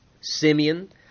Simeon